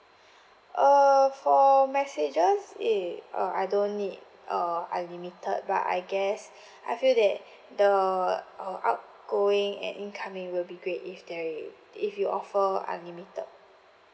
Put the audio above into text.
uh for messages it~ uh I don't need uh unlimited but I guess I feel that the uh outgoing and incoming will be great if they it~ if you offer unlimited